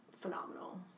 phenomenal